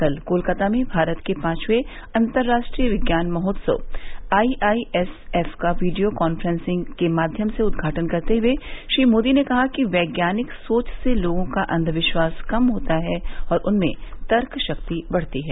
कल कोलकाता में भारत के पांचवें अंतर्राष्ट्रीय विज्ञान महोत्सव आई आई एस एफ का वीडियो कॉन्फ्रेंसिंग के माध्यम से उद्घाटन करते हुए श्री मोदी ने कहा कि वैज्ञानिक सोच से लोगों का अंधविश्वास कम होता है और उनमें तर्कशक्ति बढ़ती है